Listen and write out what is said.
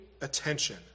attention